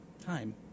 time